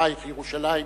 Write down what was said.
בתוככייך ירושלים,